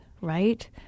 Right